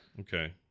okay